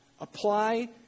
apply